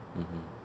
mmhmm